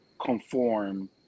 conform